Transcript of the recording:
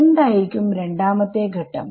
എന്തായിരിക്കും രണ്ടാമത്തെ ഘട്ടം